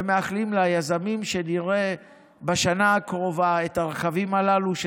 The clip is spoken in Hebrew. ומאחלים ליזמים שנראה בשנה הקרובה את הרכבים הללו ברחבי המדינה,